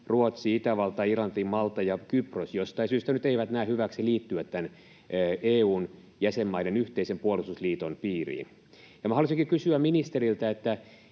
Ruotsi, Itävalta, Irlanti, Malta ja Kypros jostain syystä nyt eivät näe hyväksi liittyä EU:n jäsenmaiden yhteisen puolustusliiton piiriin. Minä haluaisinkin kysyä ministeriltä: